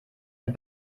ein